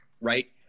right